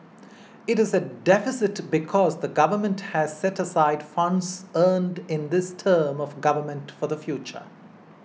it is a deficit because the Government has set aside funds earned in this term of government for the future